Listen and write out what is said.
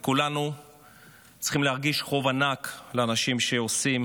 כולנו צריכים להרגיש חוב ענק לאנשים שעושים